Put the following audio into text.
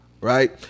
right